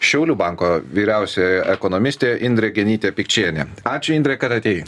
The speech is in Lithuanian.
šiaulių banko vyriausioji ekonomistė indrė genytė pikčienė ačiū indre kad atėjai